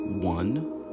one